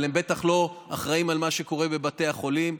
אבל הם בטח לא אחראים למה שקורה בבתי החולים,